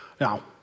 Now